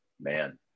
Man